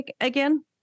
again